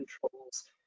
controls